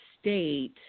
state